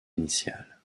initiale